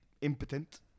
impotent